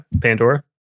Pandora